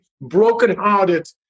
broken-hearted